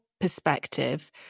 perspective